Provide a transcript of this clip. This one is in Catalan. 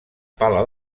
pala